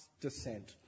descent